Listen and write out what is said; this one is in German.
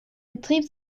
betrieb